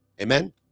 amen